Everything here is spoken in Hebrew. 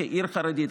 כעיר חרדית,